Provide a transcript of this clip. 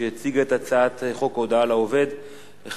שהציגה את הצעת חוק הודעה לעובד (תנאי עבודה)